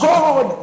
God